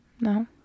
No